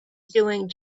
doing